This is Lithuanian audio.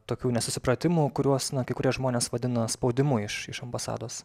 tokių nesusipratimų kuriuos kai kurie žmonės vadina spaudimu iš iš ambasados